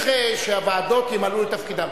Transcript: לאיזו ועדה להעביר את זה?